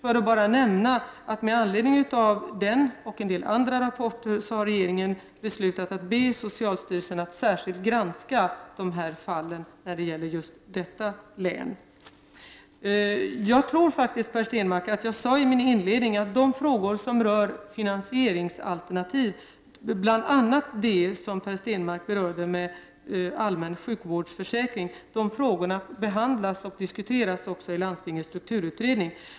Låt mig bara nämna att med anledning av den rapporten och en del andra har regeringen beslutat att be socialstyrelsen att särskilt granska de fallen när det gäller just detta län. Jag tror faktiskt, Per Stenmarck, att jag sade i min inledning att de frågor som rör finansieringsalternativ, bl.a. allmän sjukvårdsförsäkring, som Per Stenmarck berörde, behandlas i landstingens strukturutredning.